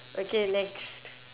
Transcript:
okay next